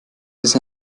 bis